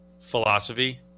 philosophy